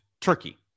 turkey